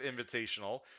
Invitational